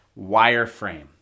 wireframe